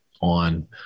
on